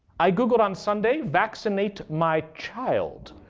i googled on sunday vaccinate my child,